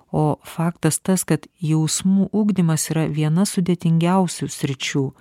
o faktas tas kad jausmų ugdymas yra viena sudėtingiausių sričių